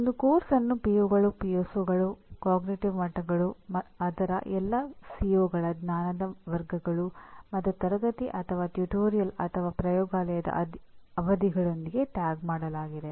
ಒಂದು ಪಠ್ಯಕ್ರಮವನ್ನು ಪಿಒಗಳು ಜ್ಞಾನದ ವರ್ಗಗಳು ಮತ್ತು ತರಗತಿ ಅಥವಾ ಟ್ಯುಟೋರಿಯಲ್ ಅಥವಾ ಪ್ರಯೋಗಾಲಯದ ಅವಧಿಗಳೊಂದಿಗೆ ಟ್ಯಾಗ್ ಮಾಡಲಾಗಿದೆ